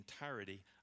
entirety